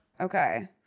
Okay